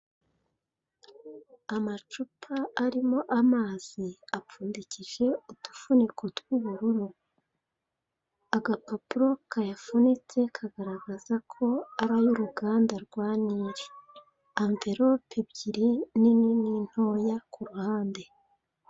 Amacupa arimo amazi, apfundikiye udufuniko tw'ubururu. Agapapuro kayafunitse kagaragaza ko ari ay'uruganda rwa Nile.